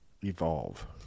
evolve